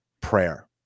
prayer